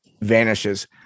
vanishes